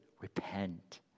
Repent